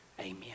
amen